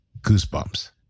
goosebumps